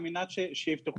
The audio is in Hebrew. על מנת שיפתחו את הספרים,